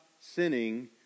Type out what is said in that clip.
sinning